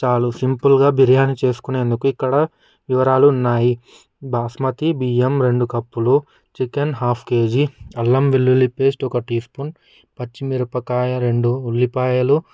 చాలా సింపుల్గా బిర్యాని చేసుకునేందుకు ఇక్కడ వివరాలు ఉన్నాయి బాస్మతి బియ్యం రెండు కప్పులు చికెన్ ఆఫ్ కేజీ అల్లం వెల్లుల్లి పేస్టు ఒక టీ స్పూన్ పచ్చిమిరపకాయలు రెండు ఉల్లిపాయలు